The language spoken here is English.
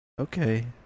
Okay